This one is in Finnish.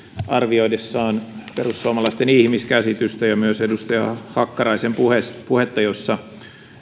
arvioidessaan perussuomalaisten ihmiskäsitystä ja myös edustaja hakkaraisen puhetta jossa